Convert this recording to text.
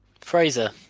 Fraser